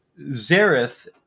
Zareth